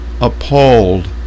appalled